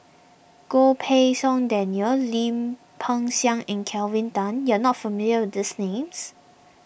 Goh Pei Siong Daniel Lim Peng Siang and Kelvin Tan you are not familiar with these names